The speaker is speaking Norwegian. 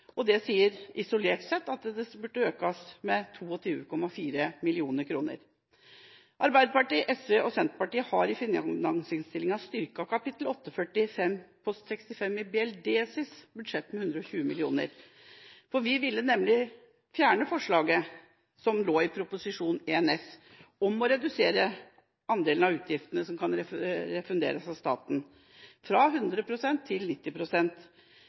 isolert sett tilsier et økt bevilgningsbehov på 22,4 mill. kr. Arbeiderpartiet, SV og Senterpartiet har i finansinnstillinga styrket kap. 845 post 65 i Barne- og likestillingsdepartementets budsjett med 120 mill. kr. Vi ville nemlig fjerne forslaget som lå i Prop. 1 S, om å redusere andelen av utgiftene som kan refunderes av staten, fra 100 pst. til